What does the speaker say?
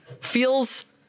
feels